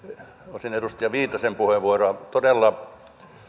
osin edustaja viitasen puheenvuoroa todella